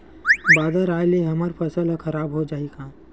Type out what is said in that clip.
बादर आय ले हमर फसल ह खराब हो जाहि का?